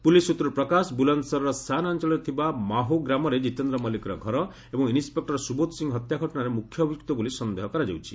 police ସୂତ୍ରରୁ ପ୍ରକାଶ ବୁଲନ୍ଦସରର ସାୟନା ଅଞ୍ଚଳରେ ଥିବା ମାହୋ ଗ୍ରାମରେ ଜିତେନ୍ଦ୍ର ମଲ୍ଲିକର ଘର ଏବଂ ଇନ୍ନପେକ୍ଟର ସୁବୋଧ ସିଂହ ହତ୍ୟା ଘଟଣାରେ ମୁଖ୍ୟ ଅଭିଯୁକ୍ତ ବୋଲି ସନ୍ଦେହ କରାଯାଉଛି